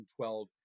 2012